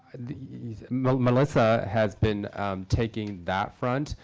and you know melissa has been taking that front.